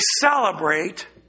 celebrate